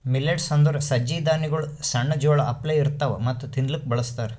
millets ಅಂದುರ್ ಸಜ್ಜಿ ಧಾನ್ಯಗೊಳ್ ಸಣ್ಣ ಜೋಳ ಅಪ್ಲೆ ಇರ್ತವಾ ಮತ್ತ ತಿನ್ಲೂಕ್ ಬಳಸ್ತಾರ್